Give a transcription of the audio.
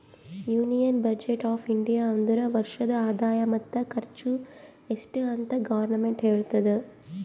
union budget of India ಅಂದುರ್ ವರ್ಷದ ಆದಾಯ ಮತ್ತ ಖರ್ಚು ಎಸ್ಟ್ ಅಂತ್ ಗೌರ್ಮೆಂಟ್ ಹೇಳ್ತುದ